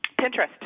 Pinterest